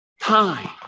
time